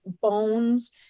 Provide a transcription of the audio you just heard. bones